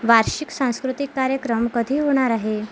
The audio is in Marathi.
वार्षिक सांस्कृतिक कार्यक्रम कधी होणार आहे